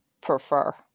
prefer